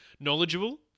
knowledgeable